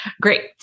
Great